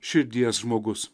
širdies žmogus